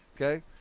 Okay